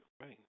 Right